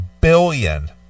billion